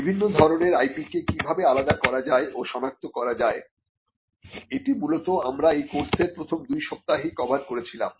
বিভিন্ন ধরনের IP কে কিভাবে আলাদা করা যায় ও শনাক্ত করা যায় এটি মূলত আমরা এই কোর্সের প্রথম দুই সপ্তাহেই কভার করেছিলাম